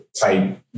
type